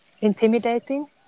intimidating